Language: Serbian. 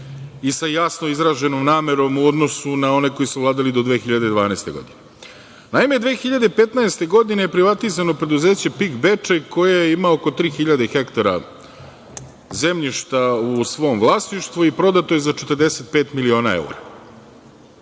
i sa jasno izraženom namerom u odnosu na one koji su vladali do 2012. godine. Naime, 2015. godine privatizovano je preduzeće PIK „Bečej“, koje ima oko tri hiljade hektara zemljišta u svom vlasništvu, i prodato je za 45 miliona evra.